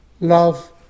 love